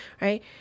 right